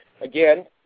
again